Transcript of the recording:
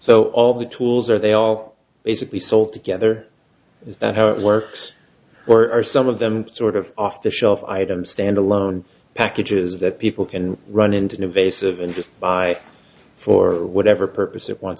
so all the tools are they all basically sold together is that how it works or are some of them sort of off the shelf item stand alone packages that people can run into an invasive and just buy for whatever purpose it